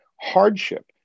hardship